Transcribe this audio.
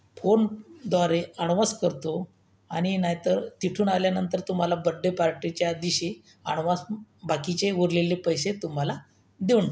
फोनद्वारे अडवान्स करतो आणि नाही तर तिथून आल्यानंतर तुम्हाला बड्डे पार्टीच्या दिशी अडवान्स बाकीचे उरलेले पैसे तुम्हाला देऊन टाक